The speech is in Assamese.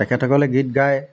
তেখেতসকলে গীত গায়